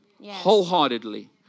wholeheartedly